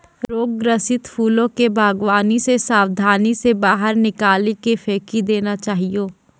रोग ग्रसित फूलो के वागवानी से साबधानी से बाहर निकाली के फेकी देना चाहियो